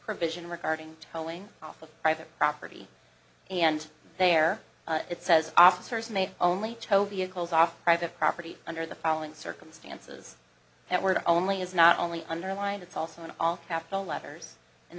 provision regarding tolling off of private property and there it says officers made only vehicles off private property under the following circumstances that were not only is not only underlined it's also in all capital letters and